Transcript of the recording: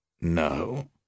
No